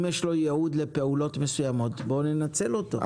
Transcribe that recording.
אם יש לו ייעוד לפעולות מסוימות, בוא ננצל אותו.